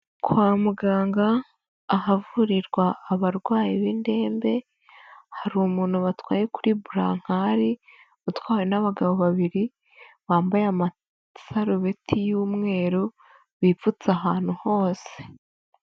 Kwa muganga, ahavurirwa abarwayi b'indembe, hari umuntu batwaye kuri burankari, utwawe n'abagabo babiri, bambaye amasarubeti y'umweru, bipfutse ahantu hose.